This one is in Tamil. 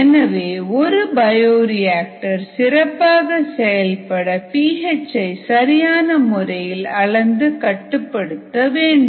எனவே ஒரு பயோரியாக்டர் சிறப்பாக செயல்பட பி எச் ஐ சரியான முறையில் அளந்து கட்டுப்படுத்த வேண்டும்